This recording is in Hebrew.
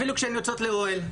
אפילו כשהן יוצאות לאוהל,